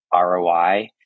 ROI